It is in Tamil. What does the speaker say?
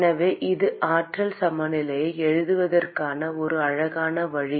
எனவே இது ஆற்றல் சமநிலையை எழுதுவதற்கான ஒரு அழகான வழி